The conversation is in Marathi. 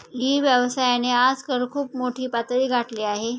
ई व्यवसायाने आजकाल खूप मोठी पातळी गाठली आहे